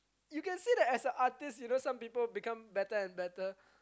you can see as a artist you know some people become better and better